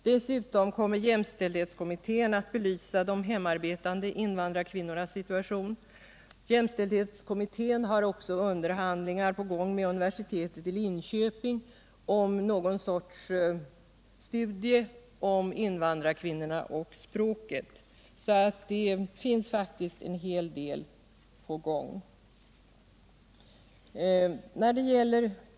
Dessutom kommer jämställdhetskommittén att belysa de hemarbetande invandrarkvinnornas situation. Jämställdhetskommittén har också underhandlingar på gång med universitetet i Linköping om något slags studier om invandrarkvinnorna och språket. Det är alltså faktiskt en hel del på gång.